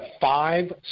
five